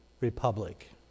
republic